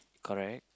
correct